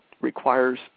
requires